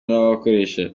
n’abakoresha